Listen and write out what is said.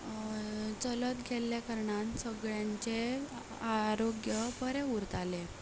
चलत गेल्ले कारणान सगल्यांचें आरोग्य बरें उरतालें